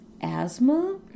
Asthma